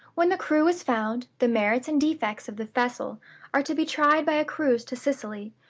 when the crew is found, the merits and defects of the vessel are to be tried by a cruise to sicily,